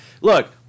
look